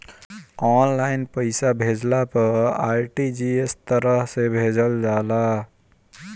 online पईसा भेजला पअ आर.टी.जी.एस तरह से भेजल जाला